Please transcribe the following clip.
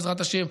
בעזרת השם,